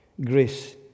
grace